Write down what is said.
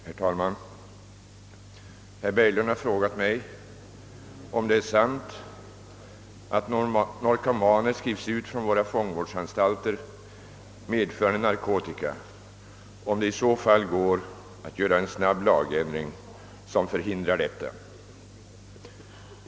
Herr talman! Herr Berglund har frågat mig om det är sant att narkomaner skrivs ut från våra fångvårdsantalter medförande narkotika och om det i så fall går att göra en snabb lagändring som förhindrar detta.